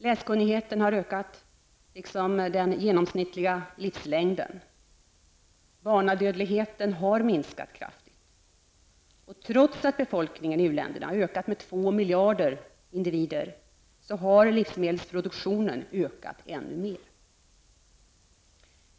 Läskunnigheten har ökat liksom den genomsnittliga livslängden. Barnadödligheten har minskat kraftigt. Trots att befolkningen i uländerna har ökat med 2 miljarder har livsmedelsproduktionen ökat ännu mer.